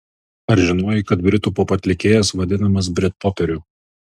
ar žinojai kad britų popatlikėjas vadinamas britpoperiu